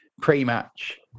pre-match